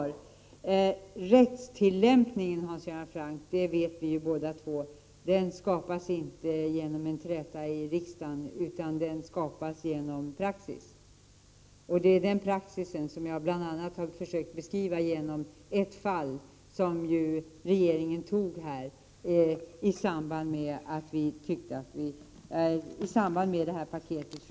Rättstillämpningen skapas inte genom en träta i riksdagen — det vet både Hans Göran Franck och jag — utan den skapas genom praxis. Det är den praxis som jag bl.a. har försökt beskriva med ett fall som regeringen tog upp i samband med detta paket.